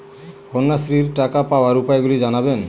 কন্যাশ্রীর টাকা পাওয়ার উপায়গুলি জানাবেন?